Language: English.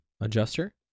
Adjuster